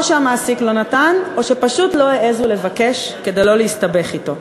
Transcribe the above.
או שהמעסיק לא נתן או שהם פשוט לא העזו לבקש כדי לא להסתבך אתו.